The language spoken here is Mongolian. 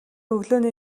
өглөөний